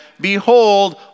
behold